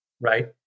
right